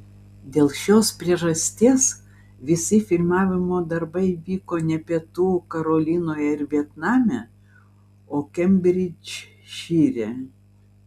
dėl šios priežasties visi filmavimo darbai vyko ne pietų karolinoje ir vietname o kembridžšyre